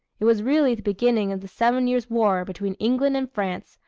it was really the beginning of the seven years' war between england and france,